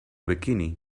bikini